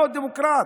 לא, דמוקרט.